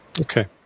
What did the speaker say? Okay